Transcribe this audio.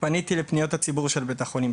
פניתי לפניות הציבור של בית החולים,